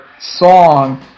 song